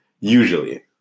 Usually